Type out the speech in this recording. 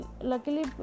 luckily